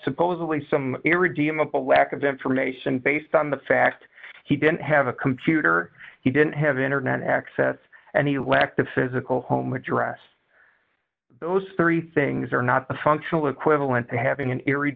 supposedly some irredeemable lack of information based on the fact he didn't have a computer he didn't have internet access and he lacked the physical home address those three things are not a functional equivalent to having an eer